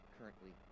currently